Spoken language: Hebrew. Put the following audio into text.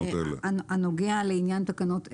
הנוגע לעניין תקנות אלה.